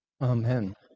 Amen